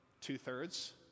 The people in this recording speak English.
two-thirds